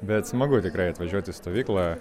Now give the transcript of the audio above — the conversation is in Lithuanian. bet smagu tikrai atvažiuot į stovyklą